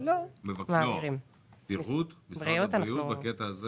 במיוחד משרד הבריאות.